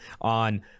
on